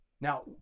Now